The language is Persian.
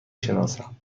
شناسم